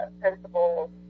principles